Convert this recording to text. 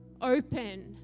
open